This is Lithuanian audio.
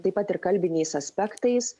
taip pat ir kalbiniais aspektais